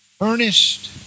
earnest